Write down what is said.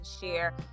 share